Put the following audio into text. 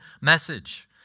message